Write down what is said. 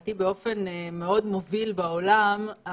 לדעתי באופן מוביל בעולם,